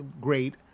great